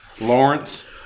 Lawrence